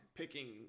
picking